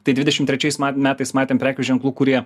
tai dvidešimt trečiais metais matėm prekių ženklų kurie